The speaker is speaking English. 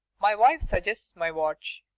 my wife suggests my watch.